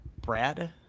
Brad